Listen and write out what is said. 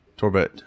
Torbett